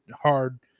Hard